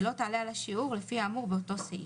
שלא תעלה על השיעור לפי האמור באותו סעיף,